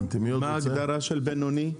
מה ההגדרה של בינוני?